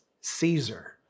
Caesar